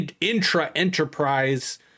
intra-enterprise